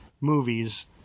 movies